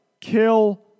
kill